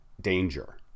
danger